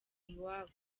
iwabo